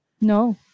No